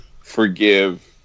forgive